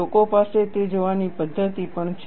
લોકો પાસે તે જોવાની પદ્ધતિ પણ છે